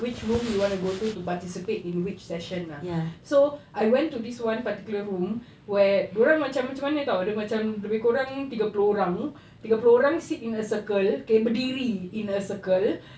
which room you want to go to participate in which session ah so I went to this one particular room where dia orang macam mana [tau] macam lebih kurang tiga puluh orang tiga puluh orang sit in a circle berdiri in a circle